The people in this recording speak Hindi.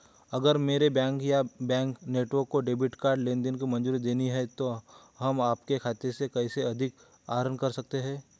अगर मेरे बैंक या बैंक नेटवर्क को डेबिट कार्ड लेनदेन को मंजूरी देनी है तो हम आपके खाते से कैसे अधिक आहरण कर सकते हैं?